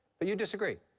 but you disagree.